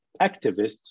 activists